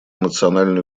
национальные